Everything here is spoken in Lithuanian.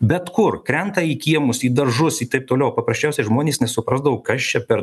bet kur krenta į kiemus į daržus į taip toliau paprasčiausiai žmonės nesuprasdavo kas čia per